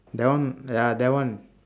that one ya that one